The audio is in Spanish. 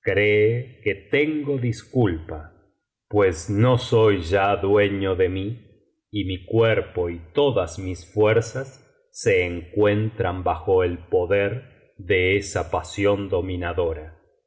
que tengo disculpa pues no soy ya biblioteca valenciana generalitat valenciana historia de dulce amiga dueño de mí y mi cuerpo y todas mis fuerzas se encuentran bajo el poder de esa pasión dominadora